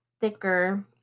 thicker